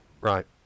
Right